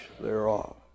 thereof